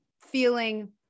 feeling